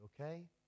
okay